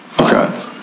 okay